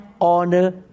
honor